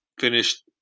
finished